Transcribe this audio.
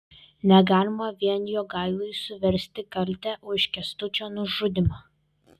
negalima vien jogailai suversti kaltę už kęstučio nužudymą